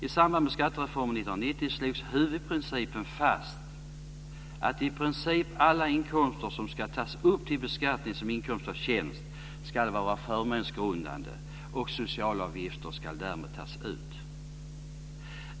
I samband med skattereformen 1990 slogs huvudprincipen fast att i princip alla inkomster som ska tas upp till beskattning som inkomst av tjänst ska vara förmånsgrundande, och socialavgifter ska därmed tas ut.